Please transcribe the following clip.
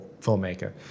filmmaker